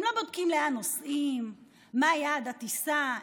הם לא בודקים לאן נוסעים, מה יעד הטיסה.